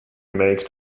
make